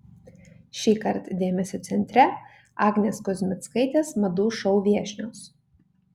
šįkart dėmesio centre agnės kuzmickaitės madų šou viešnios